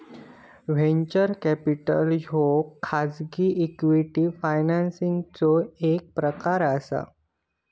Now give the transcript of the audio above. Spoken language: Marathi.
व्हेंचर कॅपिटल ह्यो खाजगी इक्विटी फायनान्सिंगचो एक प्रकार असा